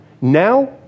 Now